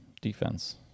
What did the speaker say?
defense